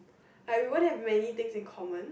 like we won't have many things in common